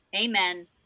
Amen